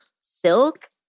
silk